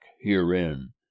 herein